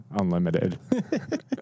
Unlimited